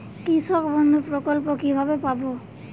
কৃষকবন্ধু প্রকল্প কিভাবে পাব?